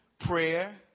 Prayer